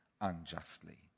unjustly